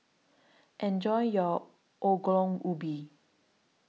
Enjoy your Ongol Ubi